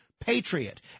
Patriot